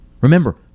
Remember